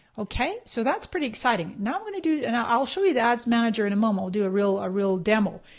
okay, so that's pretty exciting. now i'm going to do and i'll show you the ads manager in a moment, we'll do a real a real demo.